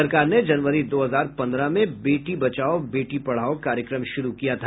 सरकार ने जनवरी दो हजार पन्द्रह में बेटी बचाओ बेटी पढ़ाओ कार्यक्रम शुरू किया था